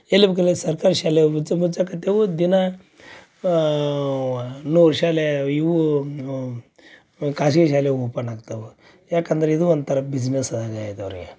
ಎಲ್ಲಿ ಬೇಕಲ್ಲಿ ಸರ್ಕಾರಿ ಶಾಲೆ ಮುಚ್ಚ ಮುಚ್ಚಕತ್ತೇವು ದಿನ ನೂರು ಶಾಲೆ ಇವು ಖಾಸ್ಗಿ ಶಾಲೆ ಓಪನ್ ಆಗ್ತವು ಯಾಕಂದ್ರ ಇದು ಒಂಥರ ಬಿಝ್ನೆಸ್ ಆಗೈತಿ ಅವರಿಗೆ